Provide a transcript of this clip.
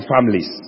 families